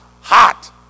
hot